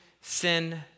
sin